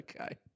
Okay